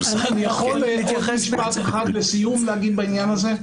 אני יכול להתייחס פעם אחת לסיום להגיד בעניין הזה?